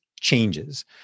changes